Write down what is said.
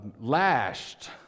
lashed